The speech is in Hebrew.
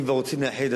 אם כבר רוצים לאחד,